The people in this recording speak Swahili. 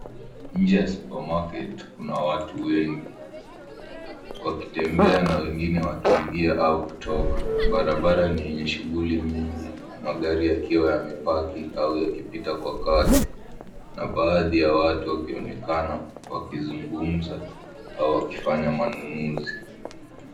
Nje ya supermarket kuna watu wengi wakitembea na wengine wakiingia au kutoka. Barabara ni yenye shughuli nyingi magari yakiwa yamepaki au yakipita kwa kasi na baadhi ya watu wakiwa wamekaa na wakizungumza au wakifanya manunuzi.